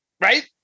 right